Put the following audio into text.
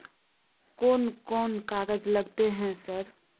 कोन कौन कागज लगतै है सर?